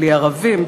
בלי ערבים,